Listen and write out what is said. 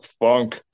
funk